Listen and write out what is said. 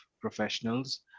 professionals